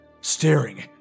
staring